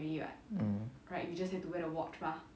mm